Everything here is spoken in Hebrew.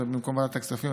ובמקום ועדת הכספים,